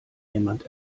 jemand